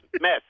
mess